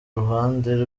ruhande